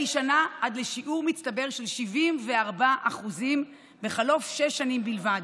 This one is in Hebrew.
שנה עד לשיעור מצטבר של 74% בחלוף שש שנים בלבד,